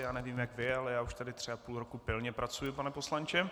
Já nevím, jak vy, ale já už tady tři a půl roku pilně pracuji, pane poslanče.